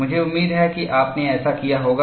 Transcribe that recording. मुझे उम्मीद है कि आपने ऐसा किया होगा